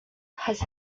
has